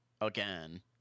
again